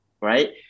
right